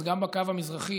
אז גם בקו המזרחי